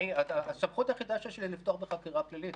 הסמכות היחידה שיש לי היא לפתוח בחקירה פלילית,